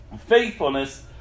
faithfulness